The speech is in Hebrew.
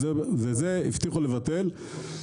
הבטיחו לבטל את זה.